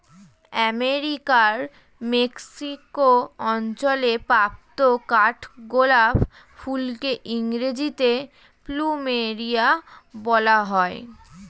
আমেরিকার মেক্সিকো অঞ্চলে প্রাপ্ত কাঠগোলাপ ফুলকে ইংরেজিতে প্লুমেরিয়া বলা হয়